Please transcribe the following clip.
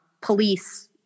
police